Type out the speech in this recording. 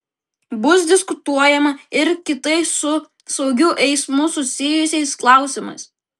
bus diskutuojama ir kitais su saugiu eismu susijusiais klausimais